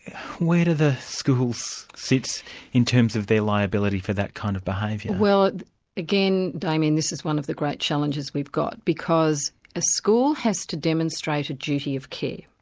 where do the schools sit in terms of their liability for that kind of behaviour? well again, damien, this is one of the great challenges we've got, because a school has to demonstrate a duty of care,